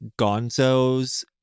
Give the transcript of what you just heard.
gonzo's